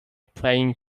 playing